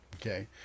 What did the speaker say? Okay